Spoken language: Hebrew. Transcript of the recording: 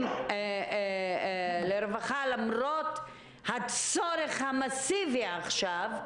לרווחה" למרות הצורך המסיבי שישנו עכשיו.